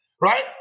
right